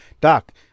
Doc